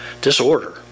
Disorder